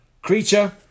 CREATURE